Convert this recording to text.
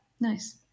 Nice